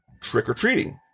trick-or-treating